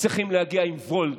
צריכים להגיע עם וולט.